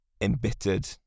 embittered